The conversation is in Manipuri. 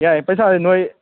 ꯌꯥꯏꯌꯦ ꯄꯩꯁꯥꯗꯤ ꯅꯣꯏ